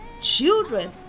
Children